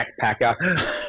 backpacker